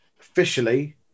officially